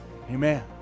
amen